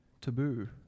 Taboo